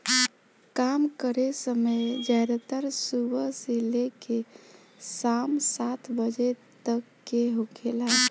काम करे समय ज्यादातर सुबह से लेके साम सात बजे तक के होखेला